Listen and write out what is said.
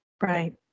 Right